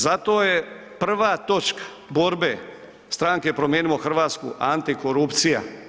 Zato je prva točka borbe Stranke Promijenimo Hrvatsku antikorupcija.